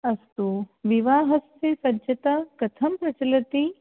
अस्तु विवाहस्य सज्जता कथं प्रचलति